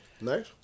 Nice